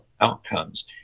outcomes